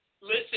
Listen